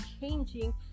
changing